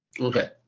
Okay